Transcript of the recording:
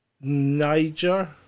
Niger